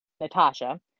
Natasha